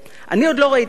אני עוד לא ראיתי דבר כזה,